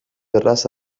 erraz